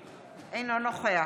אינו נוכח